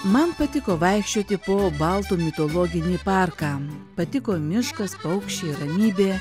man patiko vaikščioti po baltų mitologinį parką jam patiko miškas paukščiai ramybė